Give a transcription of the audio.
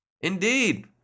Indeed